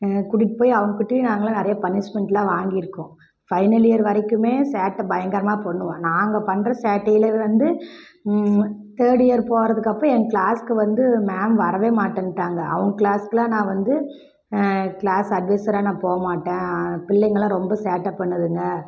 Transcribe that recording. கூட்டிகிட்டு போய் அவங்கள் கிட்டையும் நாங்களெல்லாம் நிறையா பனிஷ்மென்ட்லாம் வாங்கியிருக்கோம் ஃபைனல் இயர் வரைக்குமே சேட்டை பயங்கரமாக பண்ணுவோம் நாங்கள் பண்ணுற சேட்டையில் வந்து தேர்ட் இயர் போறதுக்கப்போ என் க்ளாஸ்க்கு வந்து மேம் வரவே மாட்டேன்ட்டாங்க அவங்க க்ளாஸ்க்கெலாம் நான் வந்து க்ளாஸ் அட்வைஸராக நான் போக மாட்டேன் பிள்ளைங்கெல்லாம் ரொம்ப சேட்டை பண்ணுதுங்க